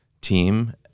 team